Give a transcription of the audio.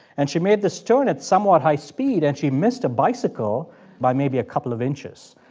and she made this turn at somewhat high speed, and she missed a bicycle by maybe a couple of inches.